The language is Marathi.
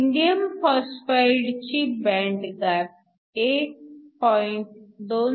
इंडियम फॉस्फाईडची बँड गॅप 1